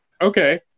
okay